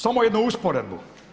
Samo jednu usporedbu.